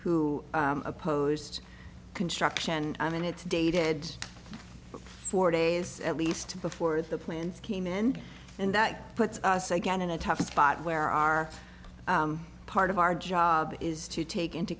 who opposed construction i mean it's dated for four days at least before the plants came in and that puts us again in a tough spot where our part of our job is to take into